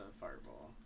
fireball